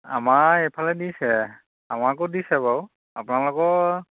আমাৰ এইফালে দিছে আমাকো দিছে বাৰু আপোনালোকৰ